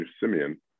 Simeon